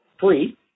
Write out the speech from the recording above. free